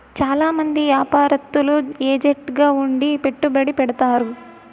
చాలా మంది యాపారత్తులు ఏజెంట్ గా ఉండి పెట్టుబడి పెడతారు